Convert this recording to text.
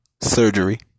surgery